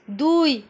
দুই